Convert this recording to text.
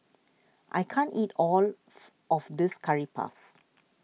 I can't eat all of this Curry Puff